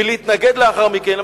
ולהתנגד לאחר מכן?